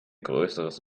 größeres